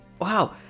Wow